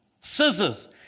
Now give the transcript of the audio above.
Scissors